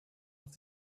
have